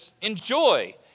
enjoy